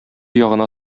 ягына